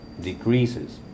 decreases